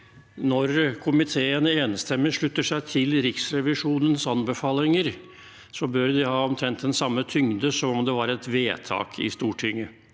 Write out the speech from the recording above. når komiteen enstemmig slutter seg til Riksrevisjonens anbefalinger, bør det ha omtrent den samme tyngde som om det var et vedtak i Stortinget.